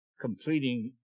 completing